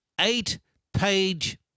eight-page